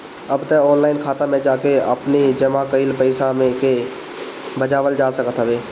अब तअ ऑनलाइन खाता में जाके आपनी जमा कईल पईसा के भजावल जा सकत हवे